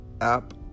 app